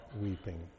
weeping